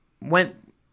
went